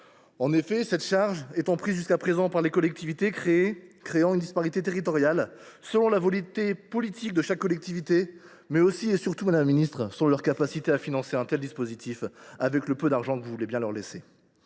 En effet, cette charge reposait jusqu’à présent sur les collectivités locales, ce qui créait une disparité territoriale selon la volonté politique de chaque collectivité, mais aussi et surtout, madame la ministre, selon leur capacité à financer un tel dispositif avec le peu d’argent que vous voulez bien leur laisser.